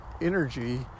energy